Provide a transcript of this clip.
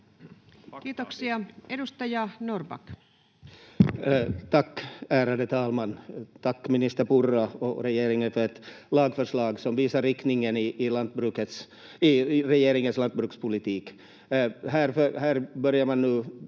Kiitoksia. — Edustaja Norrback.